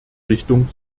richtung